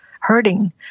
hurting